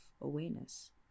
awareness